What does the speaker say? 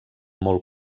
molt